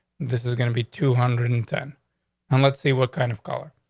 this is gonna be two hundred and ten and let's see what kind of color.